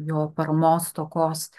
jo parmos stokos